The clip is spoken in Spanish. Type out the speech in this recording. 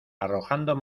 arrojando